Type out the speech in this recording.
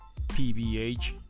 PBH